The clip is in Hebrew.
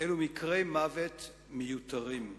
אלו מקרי מוות מיותרים,